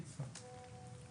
תודה רבה חבר הכנסת מופיד מרעי.